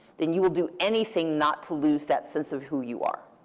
then you will do anything not to lose that sense of who you are.